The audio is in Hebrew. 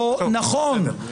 לא נכון.